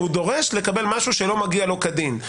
הוא דורש לקבל משהו שלא מגיע לו כדין.